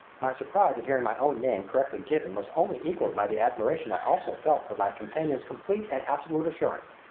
my surprise at hearing my own name correctly given was only equaled by the admiration i also felt for my companion's complete and absolute assurance.